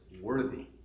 worthy